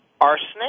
arsenic